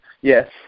yes